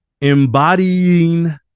embodying